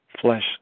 flesh